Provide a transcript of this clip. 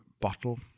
bottle